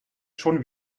schon